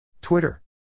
Twitter